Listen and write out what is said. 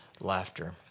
laughter